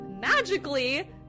magically